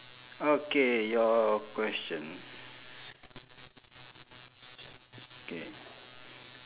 okay your question K